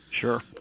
Sure